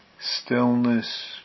stillness